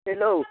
hello